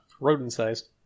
Rodent-sized